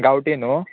गांवठी न्हू